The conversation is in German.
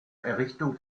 errichtung